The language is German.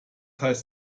heißt